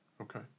Okay